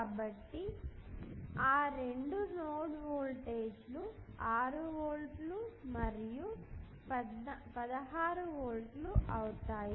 కాబట్టి ఆ రెండు నోడ్ వోల్టేజీలు 6 వోల్ట్లు మరియు 16 వోల్ట్లు అవుతాయి